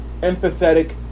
empathetic